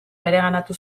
bereganatu